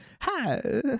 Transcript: Hi